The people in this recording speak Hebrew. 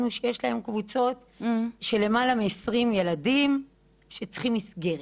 שיש להם קבוצות של למעלה מ-20 ילדים שצריכים מסגרת.